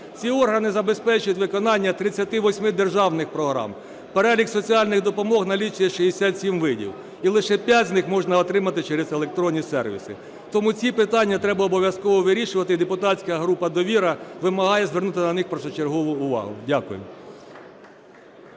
Ці органи забезпечать виконання 38 державних програм. Перелік соціальних допомог налічує 67 видів, і лише 5 з них можна отримати через електронні сервіси. Тому ці питання треба обов'язково вирішувати, і депутатська група довіра вимагає звернути на них першочергову увагу. Дякую.